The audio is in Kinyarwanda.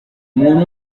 umuntu